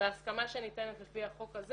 וההסכמה שניתנת לפי החוק הזה,